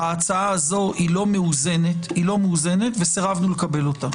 ההצעה הזו היא לא מאוזנת וסירבנו לקבל אותה.